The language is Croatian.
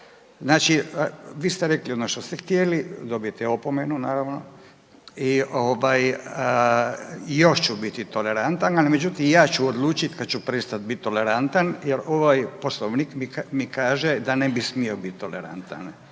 Znači vi ste rekli ono što ste htjeli, dobijate opomenu naravno i ovaj još ću biti tolerantan, ali međutim ja ću odlučiti kad ću prestati biti tolerantan jer ovaj Poslovnik mi kaže da ne bi smio biti tolerantan